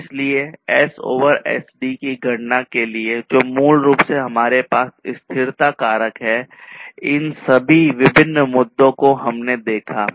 इसलिए इस S over SD की गणना के लिए जो मूल रूप से हमारे पास स्थिरता कारक है इन सभी विभिन्न मुद्दों को हमने देखा